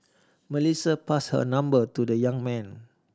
Melissa passed her number to the young man